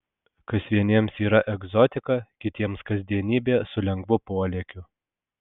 kas vieniems yra egzotika kitiems kasdienybė su lengvu polėkiu